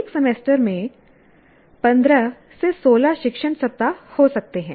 एक सेमेस्टर में 15 16 शिक्षण सप्ताह हो सकते हैं